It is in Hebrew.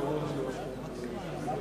חברי הכנסת, מחרתיים לפני שנה הלכנו אל הקלפיות.